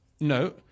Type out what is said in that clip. No